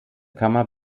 kammer